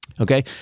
Okay